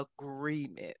agreement